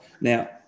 Now